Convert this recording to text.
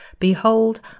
Behold